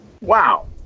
Wow